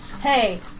hey